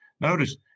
Notice